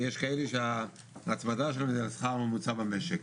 ויש כאלה שההצמדה שלהם זה לשכר הממוצע במשק.